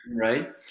right